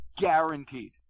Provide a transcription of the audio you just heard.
guaranteed